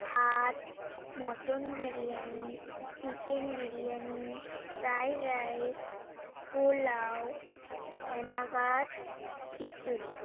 ভাত mutton biryani chicken biryani fried rice pulao ফেনা ভাত খিচুড়ি